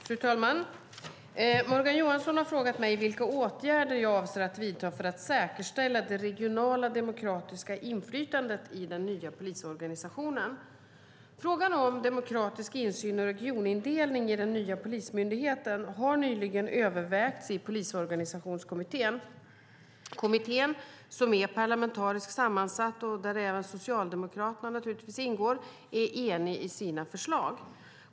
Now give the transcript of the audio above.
Fru talman! Morgan Johansson har frågat mig vilka åtgärder jag avser att vidta för att säkerställa det regionala demokratiska inflytandet i den nya polisorganisationen. Frågan om demokratisk insyn och regionindelning i den nya polismyndigheten har nyligen övervägts av Polisorganisationskommittén. Kommittén, som är parlamentariskt sammansatt och där även socialdemokrater ingår, är enig i sina förslag.